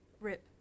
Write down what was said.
Rip